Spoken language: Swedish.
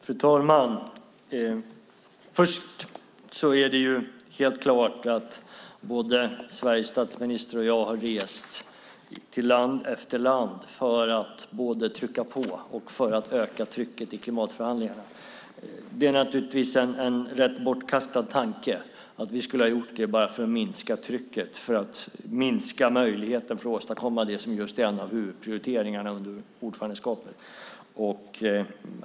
Fru talman! Det är helt klart att Sveriges statsminister och jag har rest till land efter land för att trycka på och öka trycket i klimatförhandlingarna. Det är naturligtvis en bortkastad tanke att vi skulle ha gjort det för att minska trycket och minska möjligheten att åstadkomma det som är en av huvudprioriteringarna under ordförandeskapet.